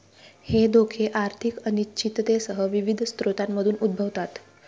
हे धोके आर्थिक अनिश्चिततेसह विविध स्रोतांमधून उद्भवतात